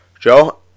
Joe